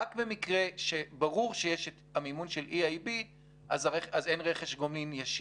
רק במקרה שברור שיש מימון של EIB אז אין רכש גומלין ישיר.